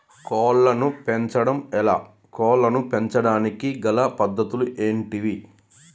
కోళ్లను పెంచడం ఎలా, కోళ్లను పెంచడానికి గల పద్ధతులు ఏంటివి?